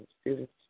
students